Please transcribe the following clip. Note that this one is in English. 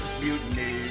Mutiny